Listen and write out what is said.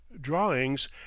drawings